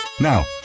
Now